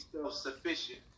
self-sufficient